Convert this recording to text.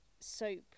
soap